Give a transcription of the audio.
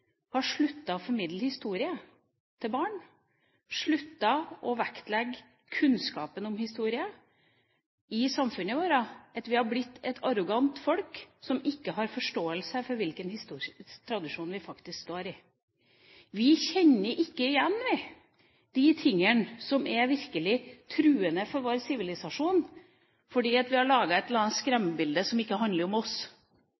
har sluttet å formidle historie til barn, sluttet å vektlegge kunnskapen om historie i samfunnet vårt, at vi har blitt et arrogant folk som ikke har forståelse for hvilken historisk tradisjon vi faktisk står i. Vi kjenner ikke igjen det som er virkelig truende for vår sivilisasjon, fordi vi har laget et